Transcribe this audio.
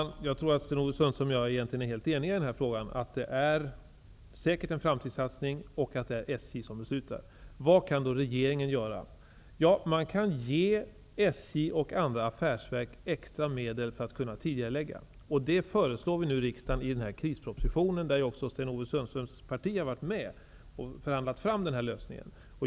Herr talman! Sten-Ove Sundström och jag är egentligen helt eniga om att det är en framtidssatsning och att det är SJ som beslutar. Vad kan då regeringen göra? Jo, man kan ge SJ och andra affärsverk extra medel för att tidigarelägga investeringar. Det föreslår vi nu riksdagen i den krisproposition där Sten-Ove Sundströms parti har varit med om att förhandla fram en lösning.